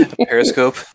Periscope